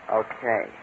okay